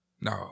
No